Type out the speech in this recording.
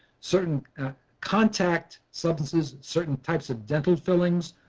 certain contact substances, certain types of dental fillings.